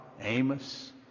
Amos